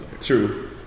True